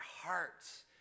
hearts